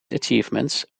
achievements